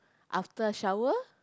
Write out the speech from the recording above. after I shower